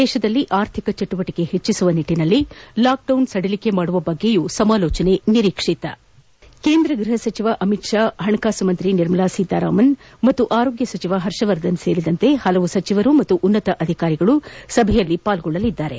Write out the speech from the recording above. ದೇಶದಲ್ಲಿ ಆರ್ಥಿಕ ಚಟುವಟಿಕೆಗಳನ್ನು ಹೆಚ್ಚಿಸುವ ನಿಟ್ಟಿನಲ್ಲಿ ಲಾಕ್ಡೌನ್ ಸದಿಲಿಕೆ ಮಾಡುವ ಬಗ್ಗೆಯೂ ಸಮಾಲೋಚನೆ ನಿರೀಕ್ಷಿತ ಕೇಂದ್ರ ಗೃಹ ಸಚಿವ ಅಮಿತ್ ಷಾ ಹಣಕಾಸು ಸಚಿವೆ ನಿರ್ಮಲಾ ಸೀತಾರಾಮನ್ ಮತ್ತು ಆರೋಗ್ಯ ಸಚಿವ ಹರ್ಷವರ್ಧನ್ ಸೇರಿದಂತೆ ಹಲವು ಸಚಿವರು ಮತ್ತು ಉನ್ನತಾಧಿಕಾರಿಗಳು ಸಭೆಯಲ್ಲಿ ಪಾಲ್ಗೊಳ್ಳಲಿದ್ದಾರೆ